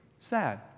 sad